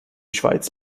schweiz